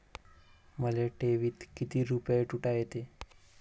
मले ठेवीत किती रुपये ठुता येते?